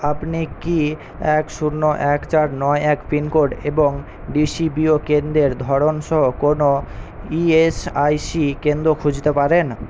আপনি কি এক শূন্য এক চার নয় এক পিনকোড এবং ডিসিবিও কেন্দ্রের ধরন সহ কোনও ইএসআইসি কেন্দ্র খুঁজতে পারেন